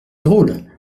drôle